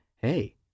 hey